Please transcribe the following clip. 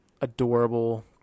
adorable